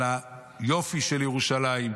על היופי של ירושלים.